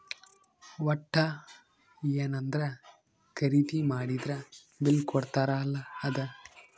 ವಟ್ಟ ಯೆನದ್ರ ಖರೀದಿ ಮಾಡಿದ್ರ ಬಿಲ್ ಕೋಡ್ತಾರ ಅಲ ಅದ